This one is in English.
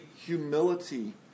humility